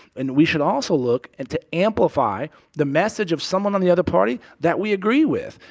and we should also look and to amplify the message of someone on the other party that we agree with.